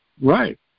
Right